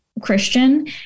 Christian